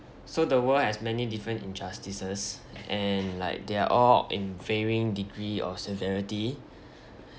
so the world has many different injustices and like they're all in varying degree of severity